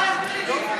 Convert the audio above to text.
אתה מוכן להסביר לי,